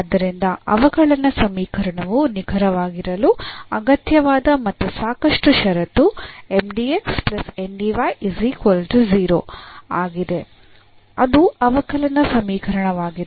ಆದ್ದರಿಂದ ಅವಕಲನ ಸಮೀಕರಣವು ನಿಖರವಾಗಿರಲು ಅಗತ್ಯವಾದ ಮತ್ತು ಸಾಕಷ್ಟು ಷರತ್ತು ಆಗಿದೆ ಅದು ಅವಕಲನ ಸಮೀಕರಣವಾಗಿತ್ತು